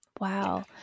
wow